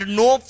no